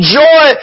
joy